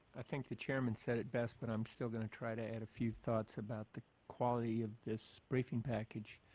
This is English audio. i think the chairman said it best, but i'm still going to try to add a few thoughts about the quality of this briefing package.